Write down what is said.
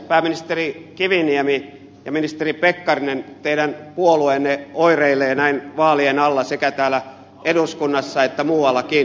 pääministeri kiviniemi ja ministeri pekkarinen teidän puolueenne oireilee näin vaalien alla sekä täällä eduskunnassa että muuallakin